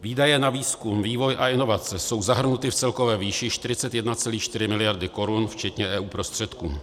Výdaje na výzkum, vývoj a inovace jsou zahrnuty v celkové výši 41,4 mld. korun včetně EU prostředků.